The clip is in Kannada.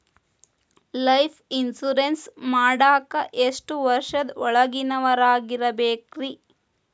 ಲೈಫ್ ಇನ್ಶೂರೆನ್ಸ್ ಮಾಡಾಕ ಎಷ್ಟು ವರ್ಷದ ಒಳಗಿನವರಾಗಿರಬೇಕ್ರಿ?